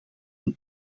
een